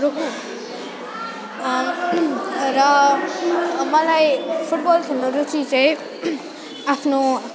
र मलाई फुटबल खेल्नु रुचि चाहिँ आफ्नो